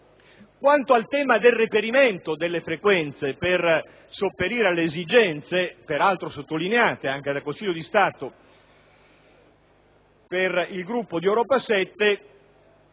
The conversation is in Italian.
Quanto al tema del reperimento delle frequenze per sopperire alle esigenze, peraltro sottolineate anche dal Consiglio di Stato, per il gruppo di Europa 7,